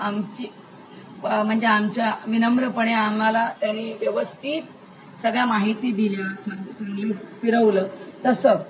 आमची म्हणजे आमच्या विनम्रपणे आम्हाला त्याने व्यवस्थित सगळ्या माहिती दिल्या चांगली चांगली फिरवलं तसं